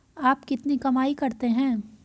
आप कितनी कमाई करते हैं?